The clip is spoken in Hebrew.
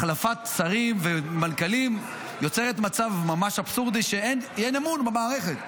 החלפת שרים ומנכ"לים יוצרת מצב אבסורדי שאין אמון במערכת.